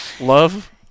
love